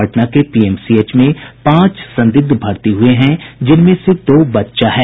पटना के पीएमसीएच में पांच संदिग्ध भर्ती हुये हैं जिनमें से दो बच्चा है